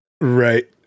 Right